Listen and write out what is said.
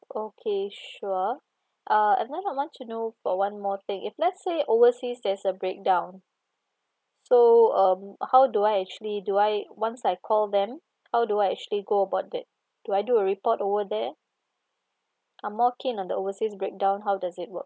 okay sure uh and then I want to know about one more thing if let's say overseas there's a breakdown so um how do I actually do I once I call them how do I actually go about that do I do a report over there I'm more keen on the overseas breakdown how does it work